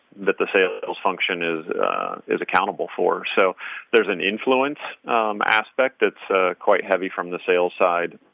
that the sales sales function is is accountable for. so there's an influence aspect that's quite heavy from the sales side,